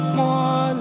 more